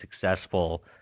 successful